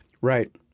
Right